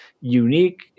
unique